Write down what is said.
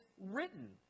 written